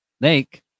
lake